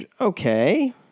Okay